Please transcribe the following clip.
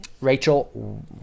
Rachel